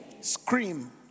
scream